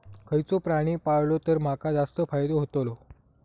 खयचो प्राणी पाळलो तर माका जास्त फायदो होतोलो?